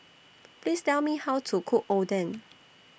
Please Tell Me How to Cook Oden